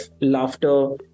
laughter